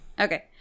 Okay